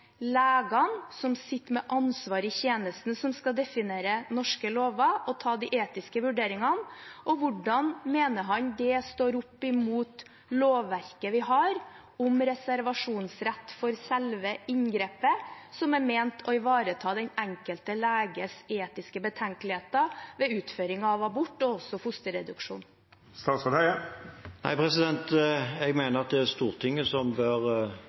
legene som sitter med ansvaret i tjenesten, som skal definere norske lover og ta de etiske vurderingene? Og hvordan mener han det står opp mot lovverket vi har om reservasjonsrett for selve inngrepet, som er ment å ivareta den enkelte leges etiske betenkeligheter ved utføring av abort og også fosterreduksjon? Jeg mener det er Stortinget som bør